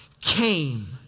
came